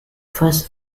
first